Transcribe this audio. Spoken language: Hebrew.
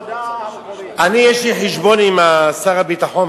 יש לי חשבון עם שר הביטחון,